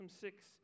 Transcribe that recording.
six